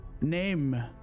Name